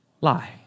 lie